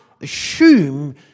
assume